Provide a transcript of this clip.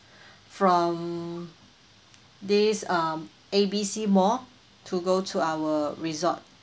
from this um A B C mall to go to our resort